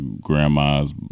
grandma's